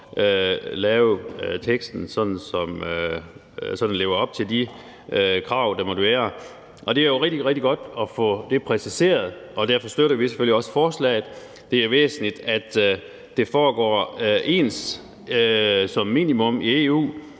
lave teksten, sådan at den lever op til de krav, der måtte være. Og det er jo rigtig, rigtig godt at få det præciseret, og derfor støtter vi selvfølgelig også forslaget. Det er væsentligt, at det som minimum